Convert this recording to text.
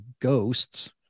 Ghosts